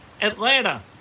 Atlanta